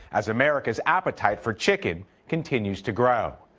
as america's appetite for chicken continues to grow.